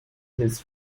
his